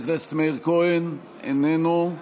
חבר הכנסת מאיר כהן, איננו,